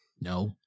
No